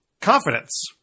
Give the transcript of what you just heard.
confidence